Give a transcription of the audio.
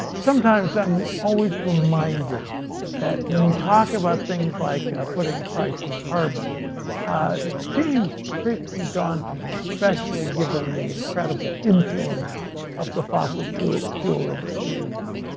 sometimes i'm always reminded that when we talk about things like putting a price on carbon it seems pretty daunting especially given the incredible influence of the fossil fuel fuel industry.